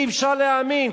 אי-אפשר להאמין.